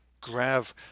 Grav